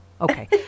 okay